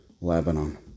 Lebanon